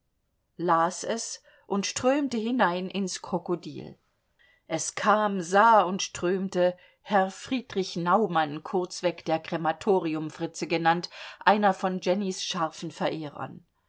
las es und strömte hinein ins krokodil es kam sah und strömte herr friedrich naumann kurzweg der krematoriumfritze genannt einer von jennys scharfen verehrern